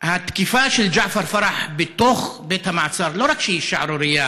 התקיפה של ג'עפר פרח בתוך בית המעצר לא רק שהיא שערורייה